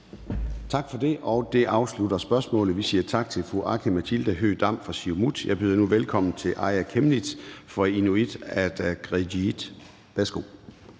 Tak for det, og det afslutter spørgsmålet. Vi siger tak til fru Aki-Matilda Høegh-Dam fra Siumut. Jeg byder nu velkommen til fru Aaja Chemnitz fra Inuit Ataqatigiit. Kl.